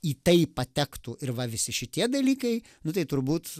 į tai patektų ir va visi šitie dalykai nu tai turbūt